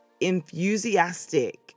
enthusiastic